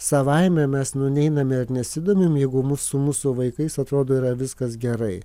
savaime mes neiname ir nesidomim jeigu mus su mūsų vaikais atrodo yra viskas gerai